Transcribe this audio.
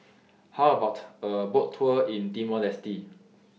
How about A Boat Tour in Timor Leste